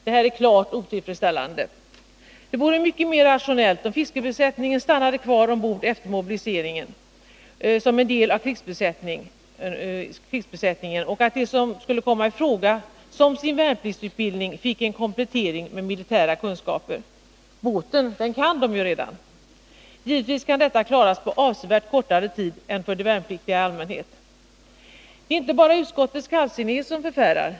Detta är klart otillfredsställande. Det vore mycket mer rationellt om fiskarbesättningen stannade kvar ombord efter mobilisering som en del av krigsbesättningen och om de som skulle komma i fråga som sin värnpliktsutbildning fick en komplettering med militära kunskaper. Båten kan de redan. Givetvis kan detta klaras av på avsevärt kortare tid än för de värnpliktiga i allmänhet. Det är inte bara utskottets kallsinnighet som förfärar.